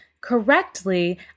correctly